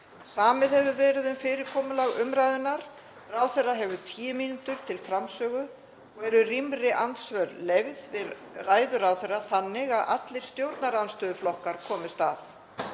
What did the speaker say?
Samið hefur verið um fyrirkomulag umræðunnar. Ráðherra hefur tíu mínútur til framsögu og eru rýmri andsvör leyfð við ræðu ráðherra þannig að allir stjórnarandstöðuflokkar komist að.